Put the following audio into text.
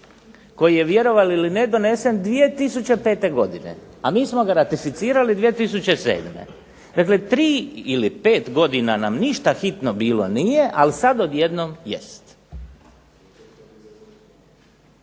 koji je vjerovali ili ne donesen 2005. godine, a mi smo ga ratificirali 2007. Dakle 3 ili 5 godina nam ništa hitno bilo nije, ali sad odjednom jest.